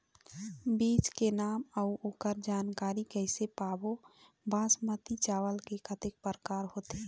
बीज के नाम अऊ ओकर जानकारी कैसे पाबो बासमती चावल के कतेक प्रकार होथे?